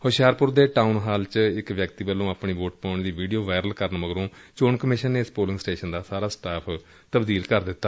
ਹੁਸ਼ਿਆਰਪੁਰ ਦੇ town hall ਚ ਇਕ ਵਿਅਕਤੀ ਵੱਲੋ ਆਪਣੀ ਵੋਟ ਪਾਉਣ ਦੀ ਵੀਡੀਓ ਵਾਇਰਲ ਕਰਨ ਮਗਰੋਂ ਚੋਣ ਕਮਿਸ਼ਨ ਨੇ ਇਸ ਪੋਲਿੰਗ ਸਟੇਸ਼ਨ ਦਾ ਸਾਰਾ ਸਟਾਫ਼ ਤਬਦੀਲ ਕਰ ਦਿੱਤਾ